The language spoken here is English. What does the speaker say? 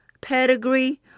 pedigree